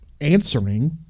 answering